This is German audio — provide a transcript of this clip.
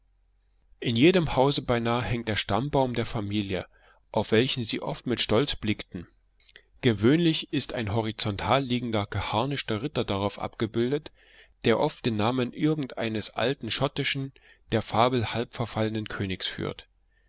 in jedem hause beinah hängt der stammbaum der familie auf welchen sie oft mit stolz blickten gewöhnlich ist ein horizontal liegender geharnischter ritter darauf abgebildet der oft den namen irgend eines alten schottischen der fabel halb verfallenen königs führt